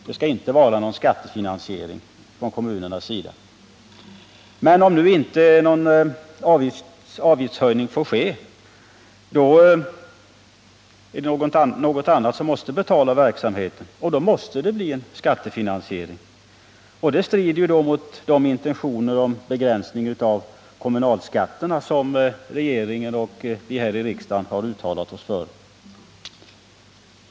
Det skall inte vara fråga om någon skattefinansiering från kommunalt håll. Men om nu inte någon avgiftshöjning får ske, måste någon annan instans betala verksamheten, och då måste det bli en skattefinansiering. Detta strider mot de intentioner om begränsning av kommunalskatterna som regeringen och riksdagen har uttalat sig för.